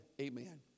amen